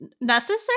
necessary